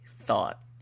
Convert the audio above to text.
thought